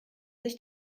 sich